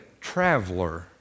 traveler